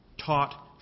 taught